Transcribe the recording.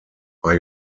are